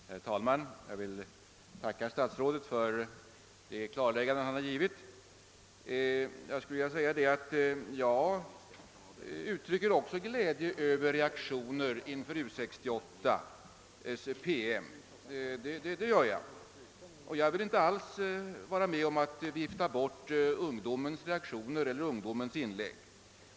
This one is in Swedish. Herr talman! Jag vill tacka statsrådet för de klarlägganden han har givit. Jag uttrycker också glädje över att det blir reaktioner på U 68:s PM. Jag vill inte alls vara med om att vifta bort ungdomens reaktioner eller inlägg.